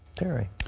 terry?